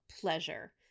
pleasure